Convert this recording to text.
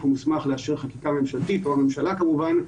המוסמך לאשר חקיקה ממשלתית או מהמשלה כמובן,